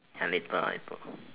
then later I put